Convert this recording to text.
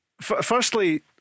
Firstly